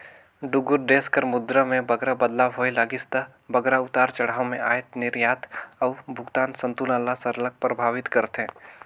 दुगोट देस कर मुद्रा में बगरा बदलाव होए लगिस ता बगरा उतार चढ़ाव में अयात निरयात अउ भुगतान संतुलन ल सरलग परभावित करथे